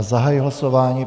Zahajuji hlasování.